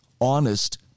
honest